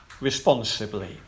responsibly